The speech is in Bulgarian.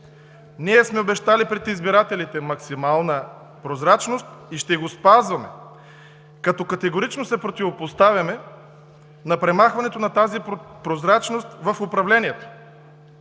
колеги. Обещали сме пред избирателите максимална прозрачност и ще го спазваме, като категорично се противопоставяме на премахването на тази прозрачност в управлението.